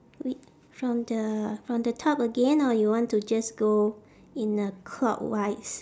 w~ from the from the top again or you want to just go in a clockwise